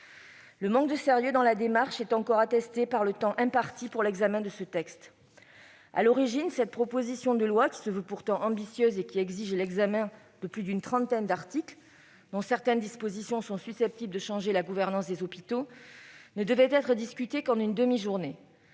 Le manque de sérieux dans la démarche est encore confirmé par le temps imparti pour l'examen de ce texte. À l'origine, cette proposition de loi, qui se veut pourtant ambitieuse et compte plus d'une trentaine d'articles, et dont certaines dispositions sont susceptibles de changer la gouvernance des hôpitaux, ne devait être discutée qu'en une demi-journée.